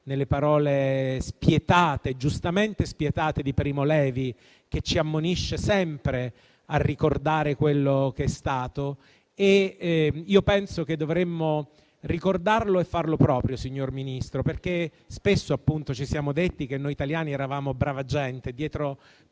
terribili e spietate, giustamente spietate, di Primo Levi, che ci ammonisce sempre a ricordare quello che è stato. Io penso che dovremmo ricordarlo e farlo nostro, signor Ministro, perché spesso ci siamo detti che noi italiani eravamo brava gente, ma dietro